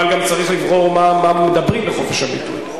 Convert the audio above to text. אבל גם צריך לברור מה מדברים בחופש הביטוי.